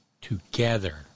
together